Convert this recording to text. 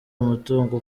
umutungo